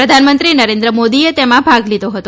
પ્રધાનમંત્રી નરેન્દ્ર મોદીએ આમાં ભાગ લીધો હતો